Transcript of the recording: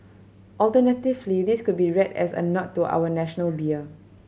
alternatively this could be read as a nod to our national beer